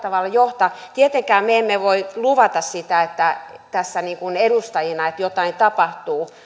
tavalla johtaa tietenkään me emme voi luvata sitä tässä edustajina että jotain tapahtuu